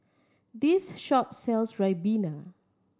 this shop sells ribena